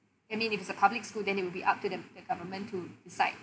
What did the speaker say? I mean if it's a public school then it will be up to the government to decide